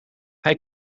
hij